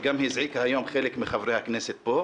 שגם הזעיקה היום חלק מחברי הכנסת לפה,